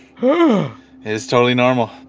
um is totally normal.